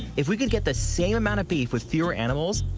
if we could get the same amount of beef with fewer animals,